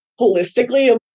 holistically